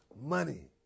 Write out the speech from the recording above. Money